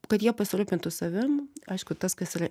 kad jie pasirūpintų savim aišku tas kas yra